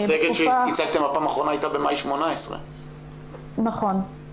המצגת שהצגתם בפעם האחרונה הייתה במאי 18'. נכון,